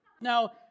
Now